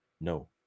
No